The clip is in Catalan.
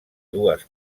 dues